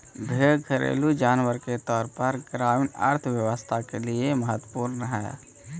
भेंड़ घरेलू जानवर के तौर पर ग्रामीण अर्थव्यवस्था के लिए महत्त्वपूर्ण हई